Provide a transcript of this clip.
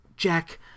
Jack